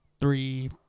three